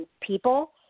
people